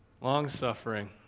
Long-suffering